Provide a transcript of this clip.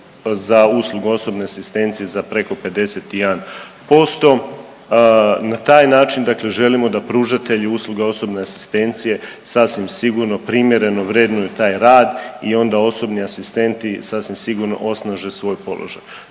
za uslugu osobne asistencije za preko 51%. Na taj način dakle želimo da pružatelji usluga osobne asistencije sasvim sigurno primjereno vrednuju taj rad i onda osobni asistenti sasvim sigurno osnaže svoj položaj.